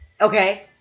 Okay